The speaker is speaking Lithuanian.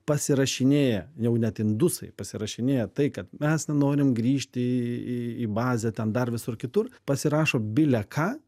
pasirašinėja jau net indusai pasirašinėja tai kad mes nenorim grįžti į į į į bazę ten dar visur kitur pasirašo bile ką